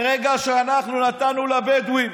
ברגע שאנחנו נתנו לבדואים